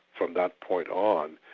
from that point on,